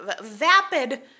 Vapid